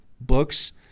books